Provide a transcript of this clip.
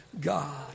God